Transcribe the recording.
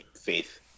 faith